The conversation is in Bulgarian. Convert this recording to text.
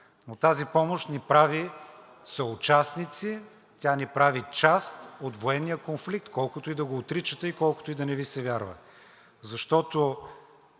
тази помощ ни прави съучастници, тя ни прави част от военния конфликт, колкото и да го отричате, колкото и да не Ви се вярва, защото